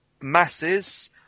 masses